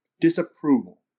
disapproval